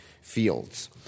fields